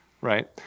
right